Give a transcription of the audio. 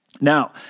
Now